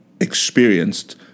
experienced